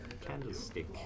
Candlestick